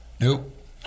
Nope